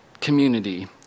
community